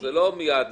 זה לא מייד.